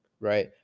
right